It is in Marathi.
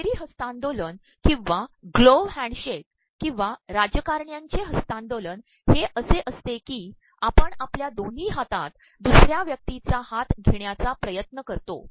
दहुेरी हस्त्तांदोलन ककंवा ग्लोव्ह हँडशके ककंवा राजकारण्यांचे हस्त्तांदोलन हे असे असते की आपण आपल्या दोन्ही हातात दसु र्या व्यक्तीचा हात घेण्याचा ियत्न करतो